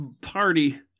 party